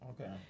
Okay